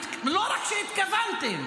לא רק שהתכוונתם,